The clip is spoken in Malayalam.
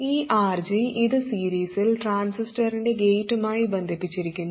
ഈ RG ഇത് സീരിസിൽ ട്രാൻസിസ്റ്ററിൻറെ ഗേറ്റുമായി ബന്ധിപ്പിച്ചിരിക്കുന്നു